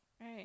right